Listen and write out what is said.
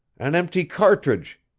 an empty cartridge!